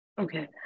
Okay